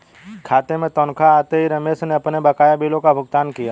खाते में तनख्वाह आते ही रमेश ने अपने बकाया बिलों का भुगतान किया